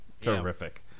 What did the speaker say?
Terrific